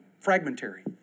fragmentary